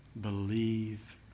believe